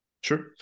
Sure